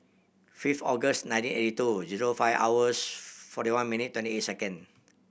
fifth August nineteen eighty two zero five hours forty one minute twenty eight second